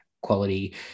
quality